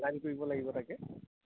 কৰিব লাগিব তাকে